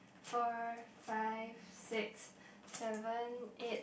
four five six seven eight